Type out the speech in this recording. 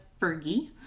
Fergie